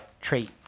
trait